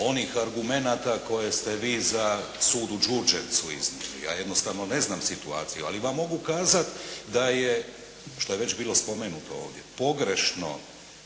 onih argumenata koje ste vi za sud u Đurđevcu iznijeli. Ja jednostavno ne znam situaciju, ali vam mogu kazati da je što je već bilo spomenuto ovdje pogrešno